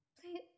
Please